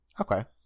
Okay